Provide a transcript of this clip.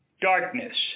darkness